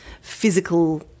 physical